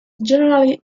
generally